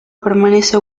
permanece